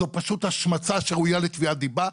זו פשוט השמצה שראויה לתביעת דיבה,